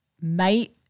mate